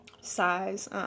size